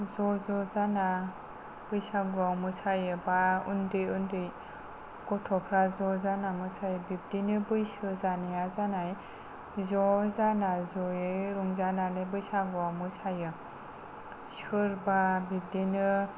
ज' ज' जाना बैसागु मोसायो बा उन्दै उन्दै गथ'फ्रा ज' जाना मोसायो बिदिनो बैसो जानाया जानाय ज' जाना जयै रंजानानै बैसागुआव मोसायो सोरबा बिदिनो